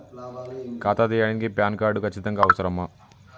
ఖాతా తీయడానికి PAN card ఖచ్చితంగా అవసరమా?